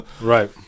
Right